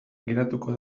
geratuko